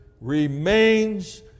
remains